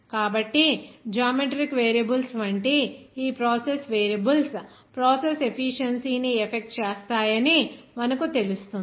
కాబట్టి geometric variables వంటి ఈ ప్రాసెస్ వేరియబుల్స్ ప్రాసెస్ ఎఫీషియెన్సీ ని ఎఫెక్ట్ చేస్తాయని మనకు తెలుస్తుంది